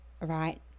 Right